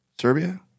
Serbia